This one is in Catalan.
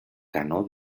canó